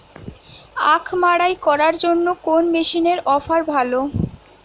আখ মাড়াই করার জন্য কোন মেশিনের অফার ভালো?